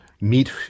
meet